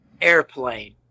Airplane